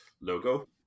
logo